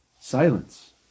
silence